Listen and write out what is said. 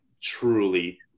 truly